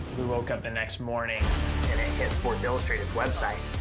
we woke up the next morning and it hit sports illustrated's website.